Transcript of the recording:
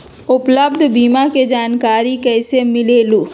उपलब्ध बीमा के जानकारी कैसे मिलेलु?